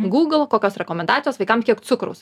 google kokios rekomendacijos vaikam kiek cukraus